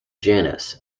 janice